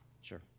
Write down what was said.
Sure